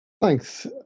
Thanks